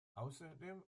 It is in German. außerdem